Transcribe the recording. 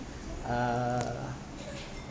uh